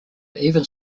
even